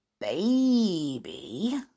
baby